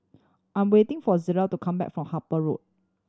I'm waiting for Zillah to come back from Harper Road